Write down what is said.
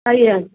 ଆଜ୍ଞା